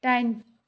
दाइन